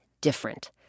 different